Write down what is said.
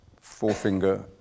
forefinger